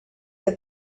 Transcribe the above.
that